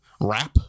Rap